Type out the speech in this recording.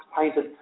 painted